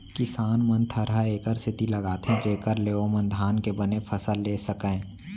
किसान मन थरहा एकर सेती लगाथें जेकर ले ओमन धान के बने फसल लेय सकयँ